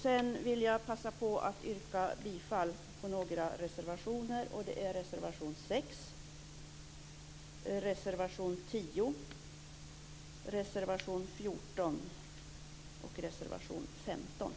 Sedan vill jag passa på att yrka bifall till några reservationer, och det är reservationerna 6, 10, 14 och